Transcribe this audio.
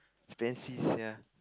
fancy sia